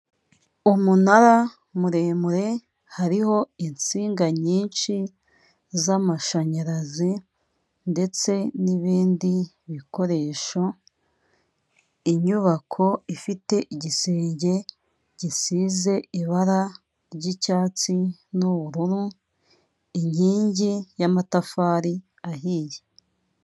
Umunara muremure, hariho insinga nyinshi z'amashanyarazi, ndetse n'ibindi bikoresho, inyubako ifite igisenge gisize ibara ry'icyatsi n'ubururu, inkingi y'amatafari ahiye.